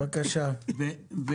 אני